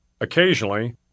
Occasionally